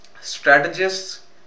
strategists